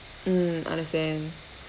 mm understand